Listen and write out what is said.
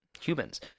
humans